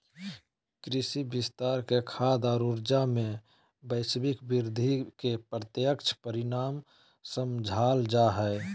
कृषि विस्तार के खाद्य और ऊर्जा, में वैश्विक वृद्धि के प्रत्यक्ष परिणाम समझाल जा हइ